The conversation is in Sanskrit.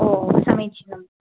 हो समीचिनं